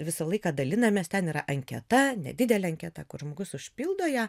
visą laiką dalinamės ten yra anketa nedidelė anketa kur žmogus užpildo ją